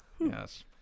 Yes